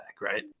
right